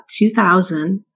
2000